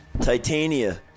Titania